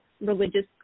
religious